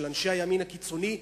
של אנשי הימין הקיצוני,